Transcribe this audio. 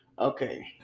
Okay